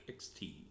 XT